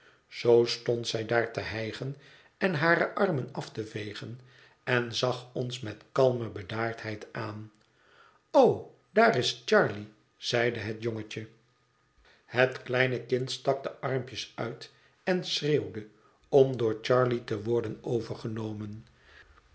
zoo stond zij daar te hijgen en hare armen af te vegen en zag ons met kalme bedaardheid aan o daar is charley zeide het jongetje het kleine kind stak de armpjes uit en schreeuwde om door charley te worden overgenomen